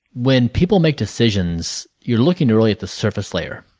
when people make decisions, you are looking really at the surface layer.